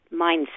mindset